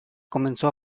comenzó